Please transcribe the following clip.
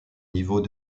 niveau